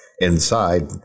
inside